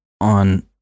on